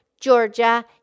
Georgia